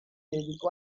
dedicó